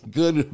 good